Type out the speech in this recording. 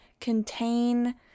contain